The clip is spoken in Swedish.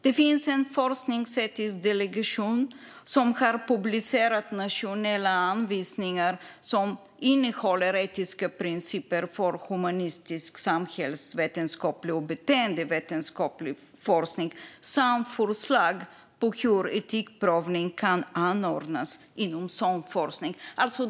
Det finns en forskningsetisk delegation som har publicerat nationella anvisningar som innehåller etiska principer för humanistisk, samhällsvetenskaplig och beteendevetenskaplig forskning samt förslag på hur etikprövning kan anordnas inom sådan forskning.